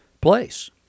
place